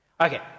Okay